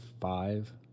five